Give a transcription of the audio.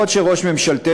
אף שראש ממשלתנו,